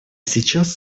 сейчас